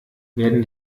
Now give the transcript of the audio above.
werden